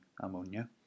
ammonia